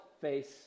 face